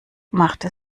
machte